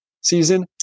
season